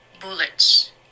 bullets